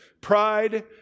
Pride